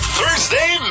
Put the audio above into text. Thursday